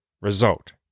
result